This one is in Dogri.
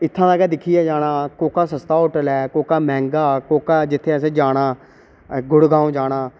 इत्थै दा गै दिक्खियै जाना कोह्का सस्ता होटल ऐ कोह्का मैंह्गा कोह्का जित्थै असें जाना गुड़गाम जाना